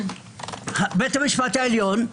בית המשפט העליון,